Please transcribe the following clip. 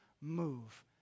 move